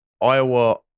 Iowa